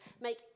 make